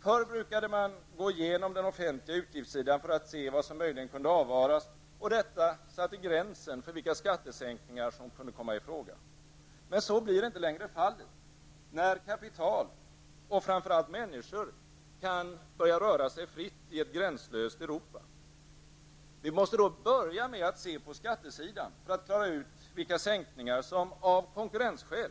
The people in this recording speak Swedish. Förr brukade man gå igenom den offentliga utgiftssidan för att se vad som möjligen kunde avvaras, och detta satte gränsen för vilka skattesänkningar som kunde komma i fråga. Men så blir inte längre fallet när kapital, och framför allt människor, kan röra sig fritt i ett gränslöst Europa. Vi måste då börja med att se på skattesidan för att klara ut vilka sänkningar som av konkurrensskäl